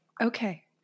Okay